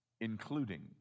including